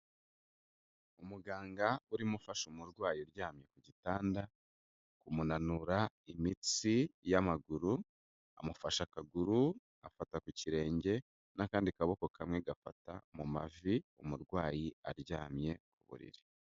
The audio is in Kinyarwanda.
Umuganga urimo ufasha umurwayi uryamye ku gitanda kumunanura imitsi y'amaguru, amufashe akaguru, afata ku kirenge n'akandi kaboko kamwe gafata mu mavi, umurwayi aryamye ku buriri.